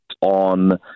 on